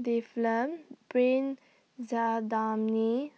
Difflam Benzydamine